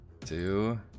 Two